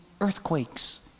earthquakes